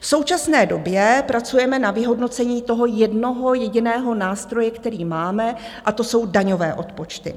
V současné době pracujeme na vyhodnocení toho jednoho jediného nástroje, který máme, a to jsou daňové odpočty.